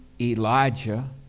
Elijah